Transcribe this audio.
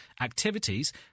Activities